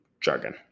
jargon